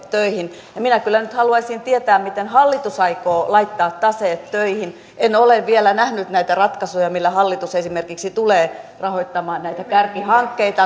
töihin minä kyllä nyt haluaisin tietää miten hallitus aikoo laittaa taseet töihin en ole vielä nähnyt näitä ratkaisuja millä hallitus esimerkiksi tulee rahoittamaan näitä kärkihankkeita